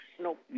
Nope